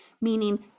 meaning